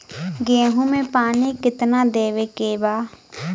गेहूँ मे पानी कितनादेवे के बा?